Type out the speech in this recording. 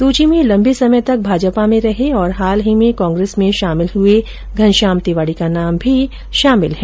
सूची में लम्बे समय तक भाजपा में रहे और हाल ही में कांग्रेस में शामिल हुए घनश्याम तिवाड़ी का नाम भी शामिल है